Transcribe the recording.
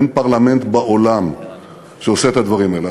אין פרלמנט בעולם שעושה את הדברים האלה.